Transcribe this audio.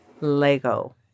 Lego